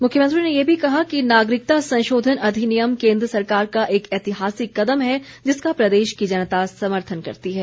मुख्यमंत्री ने ये भी कहा कि नागरिकता संशोधन अधिनियम केन्द्र सरकार का एक ऐतिहासिक कदम है जिसका प्रदेश की जनता समर्थन करती है